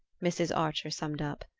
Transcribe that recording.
mrs. archer summed up.